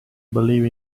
believe